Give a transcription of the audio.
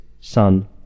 son